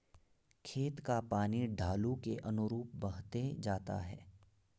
खेत का पानी ढालू के अनुरूप बहते जाता है